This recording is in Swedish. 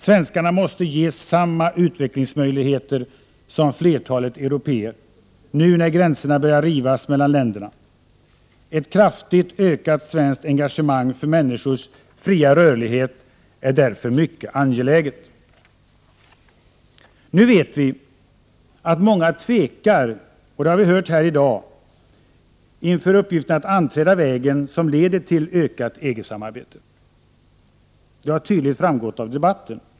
Svenskarna måste ges samma utvecklingsmöjligheter som flertalet européer, nu när gränserna börjar rivas mellan länderna. Ett kraftigt ökat svenskt engagemang för människors fria rörlighet är därför mycket angeläget. Nu vet vi att många tvekar inför uppgiften att anträda vägen som leder till ökat EG-samarbete — det har tydligt framgått av debatten.